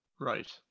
Right